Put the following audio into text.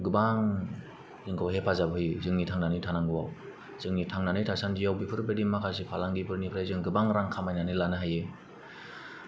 गोबां जोंखौ हेफाजाब होयो जोंनि थांनानै थानांगौआव जोंनि थांनानै थासान्दिआव बेफोरबायदि माखासे फालांगिफोरनिफ्राय जों गोबां रां खामायनानै लानो हायो